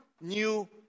new